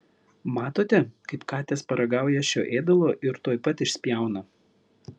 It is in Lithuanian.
matote kaip katės paragauja šio ėdalo ir tuoj pat išspjauna